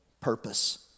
purpose